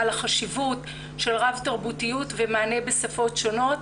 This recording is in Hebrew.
לחשיבות של רב-תרבותיות ומענה בשפות שונות.